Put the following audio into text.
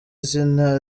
zina